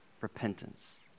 repentance